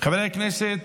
אני קובע כי הצעת חוק